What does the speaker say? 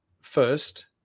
first